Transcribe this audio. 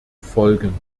folgen